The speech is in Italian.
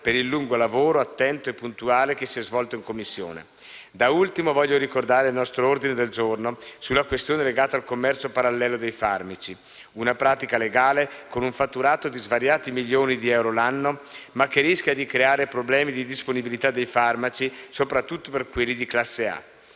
per il lungo lavoro, attento e puntuale, che si è svolto in Commissione. Da ultimo voglio ricordare il nostro ordine del giorno sulla questione legata al commercio parallelo dei farmaci; una pratica legale, con un fatturato di svariati milioni di euro l'anno, ma che rischia di creare problemi di disponibilità dei farmaci, soprattutto per quelli di classe A,